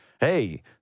hey